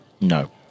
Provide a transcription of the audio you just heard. No